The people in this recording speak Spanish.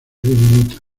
diminutas